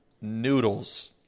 Noodles